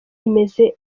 imeze